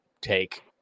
take